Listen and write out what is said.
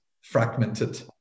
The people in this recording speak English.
fragmented